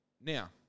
Now